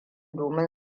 domin